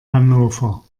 hannover